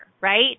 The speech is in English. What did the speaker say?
Right